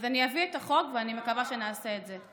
אז אני אביא את החוק, ואני מקווה שנעשה את זה.